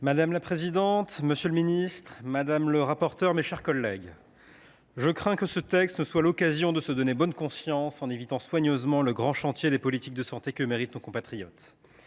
Madame la présidente, monsieur le ministre, mes chers collègues, je crains que ce texte ne soit qu’une occasion de se donner bonne conscience en évitant soigneusement le grand chantier des politiques de santé que méritent nos compatriotes.